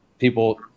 People